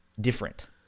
different